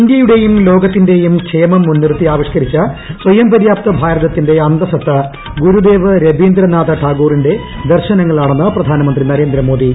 ഇന്ത്യയുടെയും ലോകത്തിന്റെയും ക്ഷേമം മുൻനിർത്തി ആവിഷ്കരിച്ച സ്വയംപര്യാപ്ത ഭാരതത്തിന്റെ അന്തഃസത്ത ഗുരുദേവ് രവീന്ദ്രനാഥ ടാഗോറിന്റെ ദർശനങ്ങൾ ആണെന്ന് പ്രധാനമന്ത്രി നരേന്ദ്ര മോദി